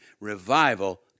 revival